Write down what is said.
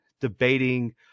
debating